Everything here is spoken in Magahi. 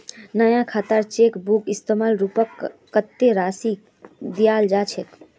नया खातात चेक बुक शुल्केर रूपत कत्ते राशि लियाल जा छेक